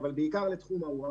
אבל גם לסולארי,